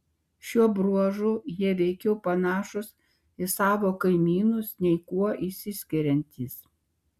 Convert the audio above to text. šiuo bruožu jie veikiau panašūs į savo kaimynus nei kuo išsiskiriantys